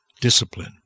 discipline